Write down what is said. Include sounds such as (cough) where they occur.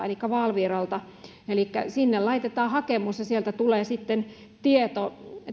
(unintelligible) elikkä valviralta elikkä sinne laitetaan hakemus ja sieltä tulee sitten tieto